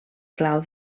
clau